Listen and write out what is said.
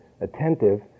attentive